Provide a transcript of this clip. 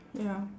ya